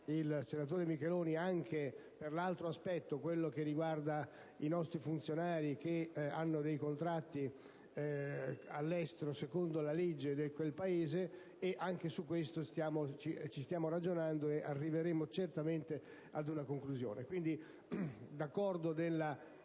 il senatore Micheloni anche per l'altro aspetto, riguardante i nostri funzionari che hanno dei contratti all'estero secondo la legge del Paese; anche su questo punto stiamo ragionando, e arriveremo certamente ad una conclusione.